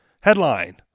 Headline